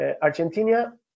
Argentina